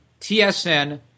TSN